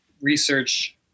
research